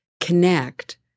connect